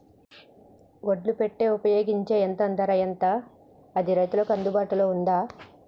ఒడ్లు పెట్టే ఉపయోగించే యంత్రం ధర ఎంత అది రైతులకు అందుబాటులో ఉందా?